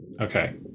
Okay